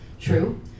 true